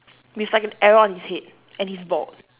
with like an arrow on his head and he's bald